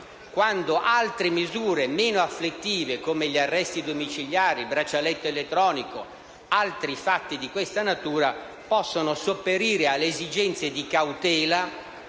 quando altre misure meno afflittive, come gli arresti domiciliari, il braccialetto elettronico o altri fatti di questa natura, possono sopperire alle esigenze di cautela,